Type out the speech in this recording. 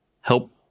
help